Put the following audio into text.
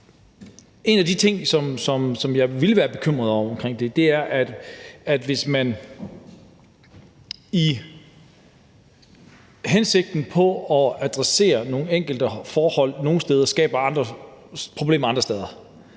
En af de ting, som jeg ville være bekymret for, er, hvis man i hensigten med at adressere nogle enkelte forhold nogle steder skaber andre problemer andre steder.